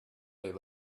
they